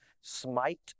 Smite